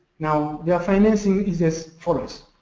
now, the financing is as follows.